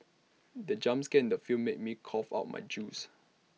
the jump scare in the film made me cough out my juice